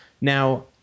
Now